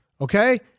okay